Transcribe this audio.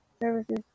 services